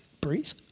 breathe